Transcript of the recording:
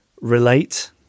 relate